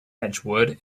edgewood